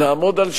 נעמוד על שלנו,